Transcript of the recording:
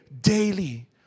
daily